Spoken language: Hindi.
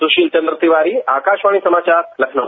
सुशील चन्द तिवारी आकाशवाणी समाचार लखनऊ